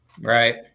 Right